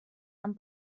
amb